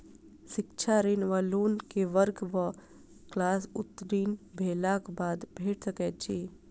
शिक्षा ऋण वा लोन केँ वर्ग वा क्लास उत्तीर्ण भेलाक बाद भेट सकैत छी?